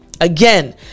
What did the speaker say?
Again